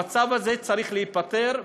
המצב הזה צריך להיפתר,